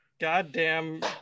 Goddamn